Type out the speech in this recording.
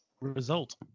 Result